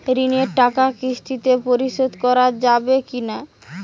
ঋণের টাকা কিস্তিতে পরিশোধ করা যাবে কি না?